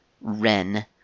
ren